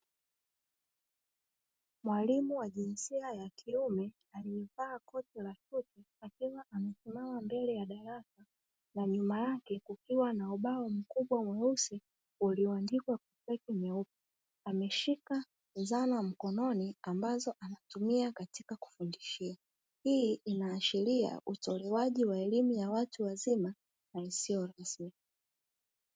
Mwalimu wa jinsia ya kiume aliyevaa koti la suti akiwa amesimama mbele ya darasa na nyuma yake kukiwa na ubao mkubwa mweusi ulioandikwa kwa rangi nyeupe, ameshika zana mkononi ambazo anatumia katika kufundishia. Hii inaashiria utolewaji wa elimu ya watu wazima na isiyo rasmi.